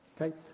Okay